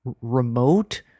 remote